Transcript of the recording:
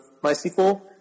MySQL